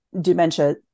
dementia